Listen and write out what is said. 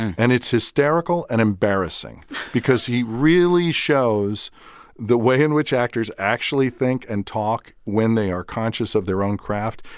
and it's hysterical and embarrassing because he really shows the way in which actors actually think and talk when they are conscious of their own craft.